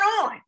on